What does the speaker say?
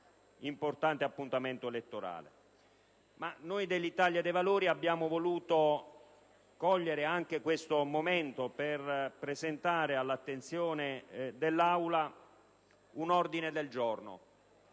importante appuntamento elettorale. Noi dell'Italia dei Valori abbiamo voluto cogliere anche questo momento per presentare all'attenzione dell'Aula un ordine del giorno